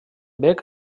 bec